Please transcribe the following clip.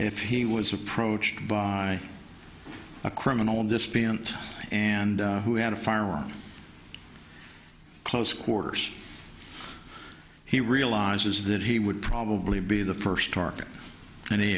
if he was approached by a criminal defendant and who had a firearm close quarters he realizes that he would probably be the first target and he